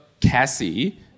Cassie